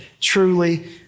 truly